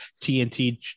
TNT